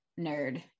nerd